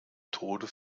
tode